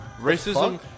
racism